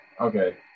Okay